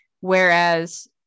whereas